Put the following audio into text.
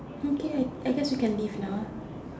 okay I I guess you can leave now